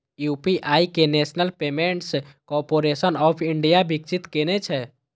UPI कें National Payments Corporation of India विकसित केने छै